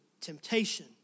temptation